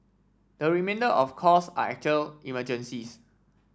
the remainder of calls are actual emergencies